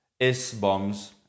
S-bombs